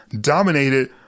dominated